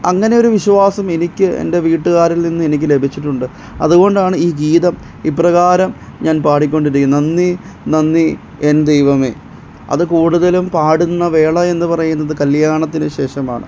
അങ്ങനെയൊരു വിശ്വാസം എനിക്ക് എൻറെ വീട്ടുകാരിൽ നിന്ന് എനിക്ക് ലഭിച്ചിട്ടുണ്ട് അതുകൊണ്ടാണ് ഈ ഗീതം ഇപ്രകാരം ഞാൻ പാടിക്കൊണ്ടിരിക്കുന്നത് നന്ദി നന്ദി എൻ ദൈവമേ അത് കൂടുതലും പാടുന്ന വേള എന്ന് പറയുന്നത് കല്യാണത്തിന് ശേഷമാണ്